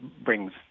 brings